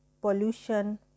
pollution